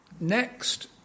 next